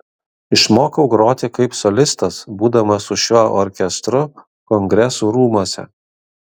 išmokau groti kaip solistas būdamas su šiuo orkestru kongresų rūmuose